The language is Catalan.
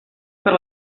per